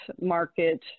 market